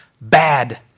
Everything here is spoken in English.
bad